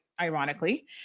ironically